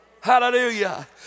hallelujah